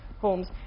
homes